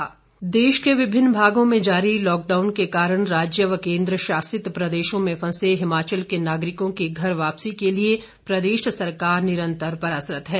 आग्रह देश के विभिन्न भागों में जारी लॉकडाउन के कारण राज्यों व केंद्र शासित प्रदेशों में फंसे हिमाचल के नागरिकों की घर वापसी के लिए प्रदेश सरकार निरन्तर प्रयासरत है